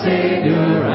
Savior